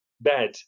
bad